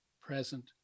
present